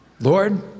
Lord